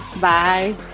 Bye